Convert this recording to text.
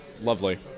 lovely